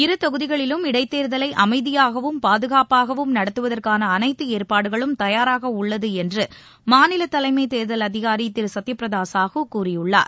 இருதொகுதிகளிலும் இடைத்தேர்தலை அமைதியாகவும் பாதுகாப்பாகவும் நடத்துவதற்கான அனைத்து ஏற்பாடுகளும் தயாராக உள்ளது என்று மாநில தலைமைத் தேர்தல் அதிகாரி திரு சத்யபிரத சாஹூ கூறியுள்ளார்